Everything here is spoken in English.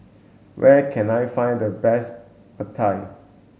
where can I find the best Pad Thai